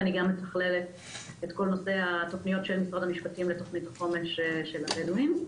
ואני גם מתכללת את תוכניות משרד המשפטים לתוכנית החומש של הבדואים.